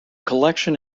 collection